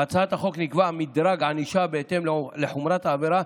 בהצעת החוק נקבע מדרג ענישה בהתאם לחומרת העבירה,